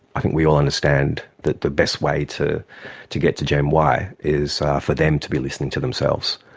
i think we all understand that the best way to to get to gen y is for them to be listening to themselves,